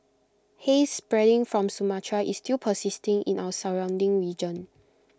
haze spreading from Sumatra is still persisting in our surrounding region